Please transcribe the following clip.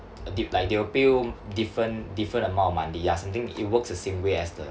a deep like they will pay you different different amount of money ya something it works the same way as the